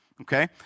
Okay